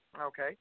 okay